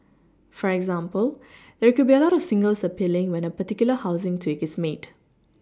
for example there could be a lot of singles appealing when a particular housing tweak is made